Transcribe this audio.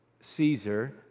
caesar